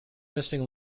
missing